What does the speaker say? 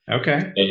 okay